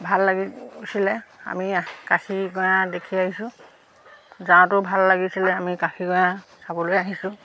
ভাল লাগিছিলে আমি কাশী গঞা দেখি আহিছোঁ যাওঁতেও ভাল লাগিছিলে আমি কাশী গঞা চাবলৈ আহিছোঁ